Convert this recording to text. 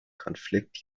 konflikt